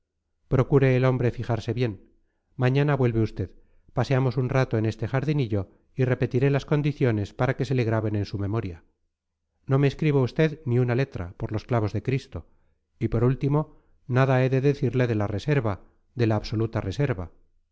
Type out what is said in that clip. procure el hombre fijarse bien mañana vuelve usted paseamos un rato en este jardinillo y repetiré las condiciones para que se graben en su memoria no me escriba usted ni una letra por los clavos de cristo y por último nada he de decirle de la reserva de la absoluta reserva